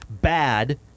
bad